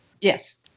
Yes